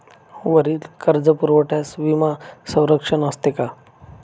वरील कर्जपुरवठ्यास विमा संरक्षण असते का?